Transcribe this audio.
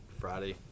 Friday